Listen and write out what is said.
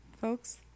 Folks